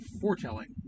foretelling